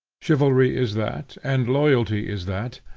chivalry is that, and loyalty is that,